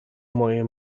moje